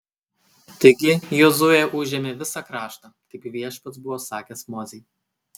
taigi jozuė užėmė visą kraštą kaip viešpats buvo sakęs mozei